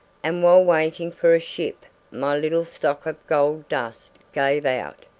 and while waiting for a ship my little stock of gold dust gave out.